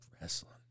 wrestling